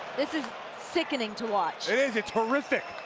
this is sickening to watch. it is, it's horrific.